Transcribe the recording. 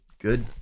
good